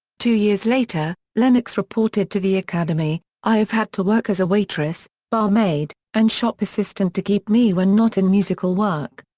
two years later, lennox reported to the academy i have had to work as a waitress, barmaid, and shop assistant to keep me when not in musical work.